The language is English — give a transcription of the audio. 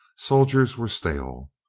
soldiers were stale.